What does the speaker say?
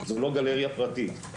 זו לא גלריה פרטית,